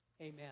Amen